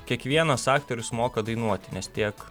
kiekvienas aktorius moka dainuoti nes tiek